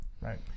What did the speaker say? Right